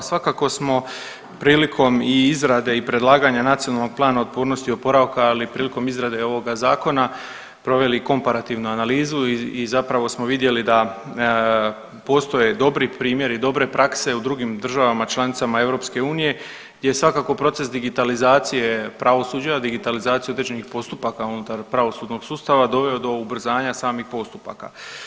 Pa svakako smo prilikom i izrade i predlaganja Nacionalnog plana otpornosti i oporavka, ali i prilikom izrade ovoga zakona proveli komparativnu analizu i zapravo smo vidjeli da postoje dobri primjeri, dobre prakse u drugim državama članicama EU, gdje svakako proces digitalizacije pravosuđa, digitalizacije određenih postupaka unutar pravosudnog sustava doveo do ubrzanja samih postupaka.